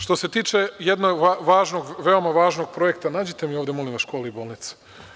Što se tiče jednog veoma važnog projekta, nađite mi ovde molim vas školu i bolnice.